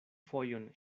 fojon